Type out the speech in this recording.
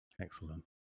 Excellent